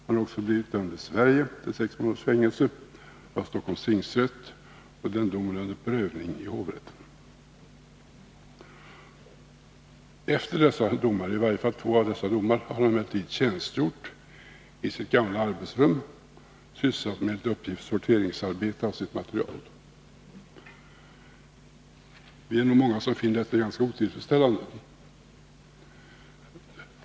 Han har också blivit dömd i Sverige — till sex månaders fängelse — av Stockholms tingsrätt, och den domen är under prövning i hovrätten. Efter i varje fall två av dessa domar har han emellertid tjänstgjort i sitt tidigare arbetsrum, enligt uppgift sysselsatt med sortering av sitt material. Vi är nog många som finner detta ganska otillfredsställande.